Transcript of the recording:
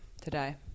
Today